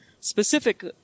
specific